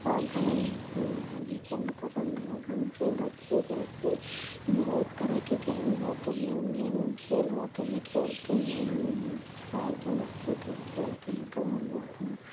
اور گاؤں انہیں کھیلنا پسند ہے اور گاؤں کے بچے جیسے بہت طرح کے گیم ہوتے ہیں انہیں کھیل ہوتے ہیں کھیلتے ہیں شہر کے بچے تو کھیلتے ہیں تو ان وہ اپنا